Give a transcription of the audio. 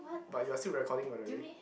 but you're still recording by the way